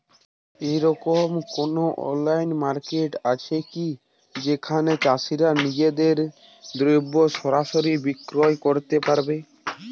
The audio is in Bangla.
এরকম কোনো অনলাইন মার্কেট আছে কি যেখানে চাষীরা নিজেদের দ্রব্য সরাসরি বিক্রয় করতে পারবে?